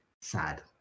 sad